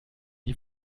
die